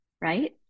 right